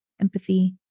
empathy